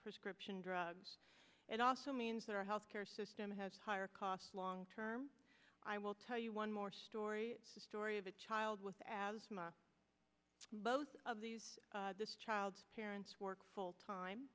prescription drugs it also means that our health care system has higher costs long term i will tell you one more story the story of a child with asthma both of these this child's parents work full time